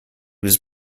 was